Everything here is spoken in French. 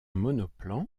monoplan